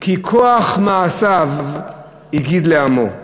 כי כוח מעשיו הגיד לעמו,